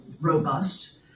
robust